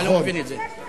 אתה לא מבין את זה.